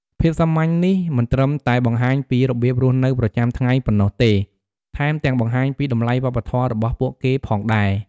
ភាពសាមញ្ញនេះមិនត្រឹមតែបង្ហាញពីរបៀបរស់នៅប្រចាំថ្ងៃប៉ុណ្ណោះទេ ថែមទាំងបង្ហាញពីតម្លៃវប្បធម៌របស់ពួកគេផងដែរ។